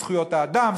זכויות האדם,